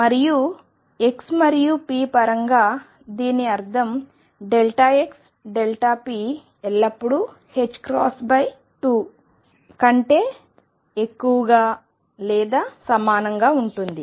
మరియు x మరియు p పరంగా దీని అర్థం xp ఎల్లప్పుడూ 2 కంటే ఎక్కువగా లేదా సమానంగా ఉంటుంది